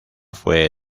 fue